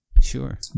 Sure